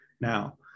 now